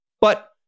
But-